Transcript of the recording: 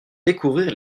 découvrir